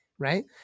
Right